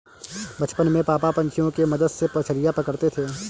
बचपन में पापा पंछियों के मदद से मछलियां पकड़ते थे